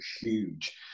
huge